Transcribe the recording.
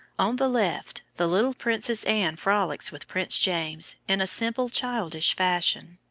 on the left the little princess anne frolics with prince james in simple childish fashion.